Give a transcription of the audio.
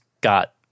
got